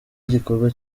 igikorwa